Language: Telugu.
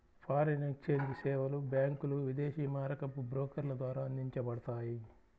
ఫారిన్ ఎక్స్ఛేంజ్ సేవలు బ్యాంకులు, విదేశీ మారకపు బ్రోకర్ల ద్వారా అందించబడతాయి